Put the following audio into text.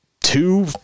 Two